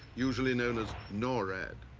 usually known as norad.